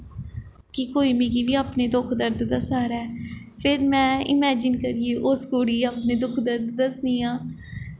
कि कोई मिगी बी अपने दुख दर्द दस्सा दा ऐ फिर में इमैजिन करियै उस कुड़ी गी अपने दुख दर्द दस्सनी आं